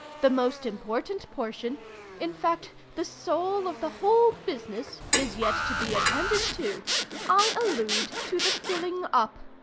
the most important portion in fact, the soul of the whole business, is yet to be attended to i allude to the filling up.